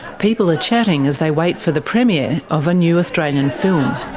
people are chatting as they wait for the premiere of a new australian film.